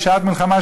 בשעת מלחמה,